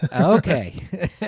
Okay